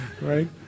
Right